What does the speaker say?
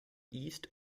east